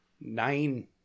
Nine